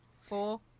Four